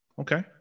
Okay